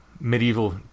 medieval